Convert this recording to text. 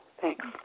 Thanks